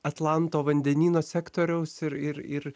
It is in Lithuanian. atlanto vandenyno sektoriaus ir ir ir